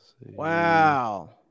Wow